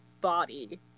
body